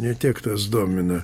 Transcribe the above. ne tiek tas domina